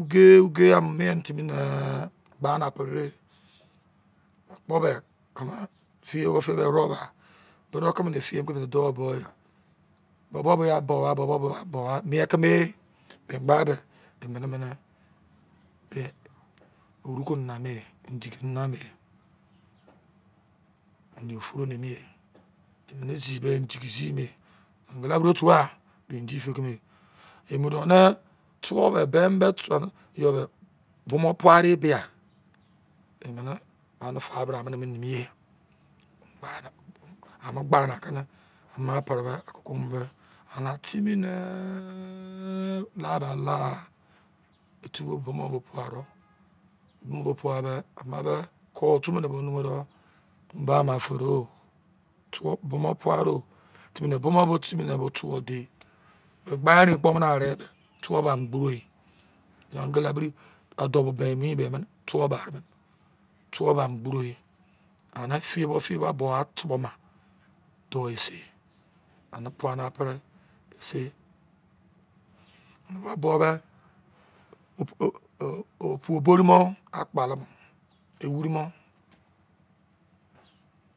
uge uge a mu mien timi nee eh gba na prere o bo be kala fe ye fe de ere wo ba bo de keme fe ye egberi dou bo bo bo bo yo bo ya mein ke me egba de e mene mene oni ke nana me mdi ke nana me ane ifuro ne emi ye emene zi be zigi zi me angala bri otu a ba indi fe kumo a emu do ne mwu bu ben be tuwu mene yo be bo mo paira ebi ya emene ane fa bra omene ne mi ye omo gba na ke ne opri ere ane timi nee la ba la ha itu mo bo pairu koro otu ne nu mu do ba na fero tuwu bo mu paro timi nee bo mo timi ne tuwu de egbe rein kpo na re de tobo be amu gbo a angala biri andongi be ame ne tobo be are gbo ye ane fe bo am fe a bowa tobo ma dou ese ane pai na pre ise a ba bo be opu obori mo akpalemo ewiri mo